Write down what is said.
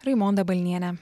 raimonda balniene